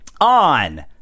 On